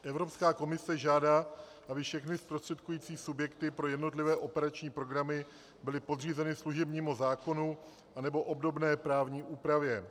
Evropská komise žádá, aby všechny zprostředkující subjekty pro jednotlivé operační programy byly podřízeny služebnímu zákonu nebo obdobné právní úpravě.